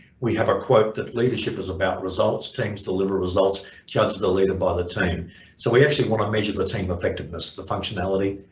we have a quote that leadership is about results, teams deliver results judge the leader by the team so we actually want to measure the the team effectiveness, the functionality.